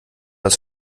das